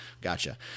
gotcha